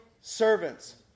servants